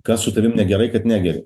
kas su tavim negerai kad negeri